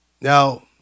Now